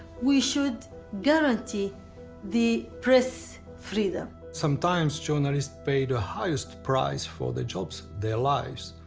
we should guarantee the press freedom. sometimes journalists pay the highest price for their jobs, their lives.